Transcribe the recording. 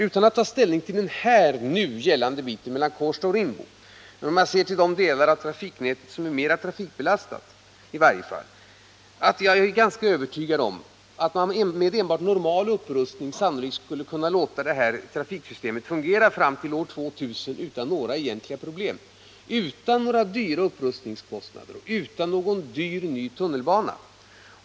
Utan att ta ställning till den nu aktuella biten mellan Kårsta och Rimbo men om jag ser till de delar av trafiknätet som är mera trafikbelastade, vill jag säga att jag är ganska övertygad om att man med enbart normal upprustning sannolikt skulle kunna låta det nuvarande trafiksystemet fungera fram till år 2000 utan några egentliga problem — utan några dryga upprustningskostnader och utan någon dyr ny tunnelbana.